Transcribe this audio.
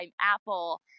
Apple